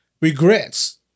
regrets